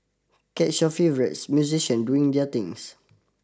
catch your favourites musician doing their things